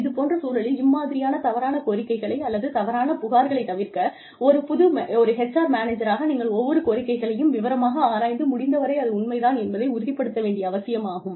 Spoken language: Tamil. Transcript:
இது போன்ற சூழலில் இம்மாதிரியான தவறான கோரிக்கைகளை அல்லது தவறான புகார்களை தவிர்க்க ஒரு HR மேனேஜராக நீங்கள் ஒவ்வொரு கோரிக்கைகளையும் விவரமாக ஆராய்ந்து முடிந்தவரை அது உண்மை தான் என்பதை உறுதிப்படுத்த வேண்டியது அவசியமாகும்